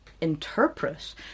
interpret